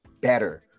better